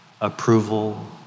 approval